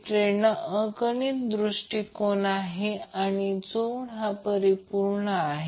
तर प्रत्यक्षात पीकवर पोहोचणारा करंट व्होल्टेजपेक्षा वेगवान आहे